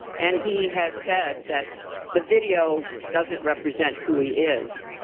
and he has said that the video doesn't represent who he is.